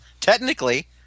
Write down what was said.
Technically